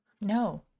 no